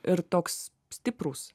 ir toks stiprus